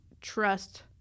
trust